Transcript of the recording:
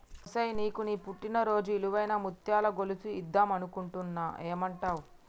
ఒసేయ్ నీకు నీ పుట్టిన రోజున ఇలువైన ముత్యాల గొలుసు ఇద్దం అనుకుంటున్న ఏమంటావ్